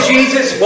Jesus